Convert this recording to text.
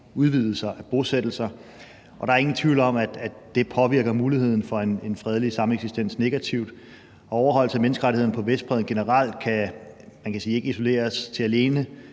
udvidelser af bosættelser, og der er ingen tvivl om, at det påvirker muligheden for en fredelig sameksistens negativt. Overholdelse af menneskerettighederne på Vestbredden generelt kan, kan man sige, ikke isoleres til alene